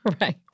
Right